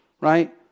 right